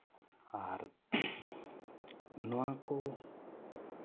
ᱟᱨ ᱱᱚᱣᱟ ᱠᱚ